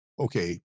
Okay